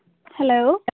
hello